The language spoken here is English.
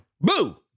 Boo